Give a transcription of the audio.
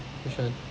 which one